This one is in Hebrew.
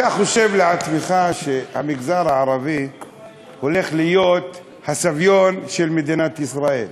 אתה חושב לעצמך שהמגזר הערבי הולך להיות הסביון של מדינת ישראל.